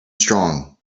strong